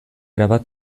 erabat